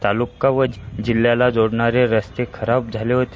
तालुका व जिल्ह्याला जोडणारे रस्ते खराब झाले होते